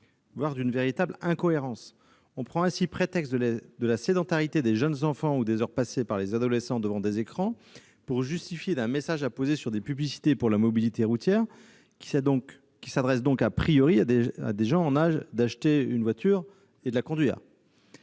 voire d'une véritable incohérence : on prend ainsi prétexte de la sédentarité des jeunes enfants ou des heures passées par les adolescents devant des écrans pour justifier un message apposé sur des publicités pour la mobilité routière, qui s'adressent en principe à des personnes en âge d'acheter une voiture et de la conduire